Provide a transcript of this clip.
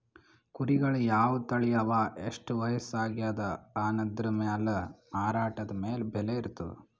ಕುರಿಗಳ್ ಯಾವ್ ತಳಿ ಅವಾ ಎಷ್ಟ್ ವಯಸ್ಸ್ ಆಗ್ಯಾದ್ ಅನದ್ರ್ ಮ್ಯಾಲ್ ಮಾರಾಟದ್ ಬೆಲೆ ಇರ್ತದ್